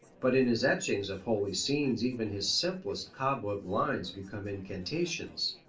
but in his etchings of holy scenes even his simplest cobweb lines become incantations.